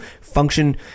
function